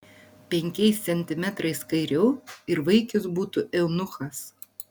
penkiais centimetrais kairiau ir vaikis būtų eunuchas